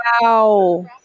Wow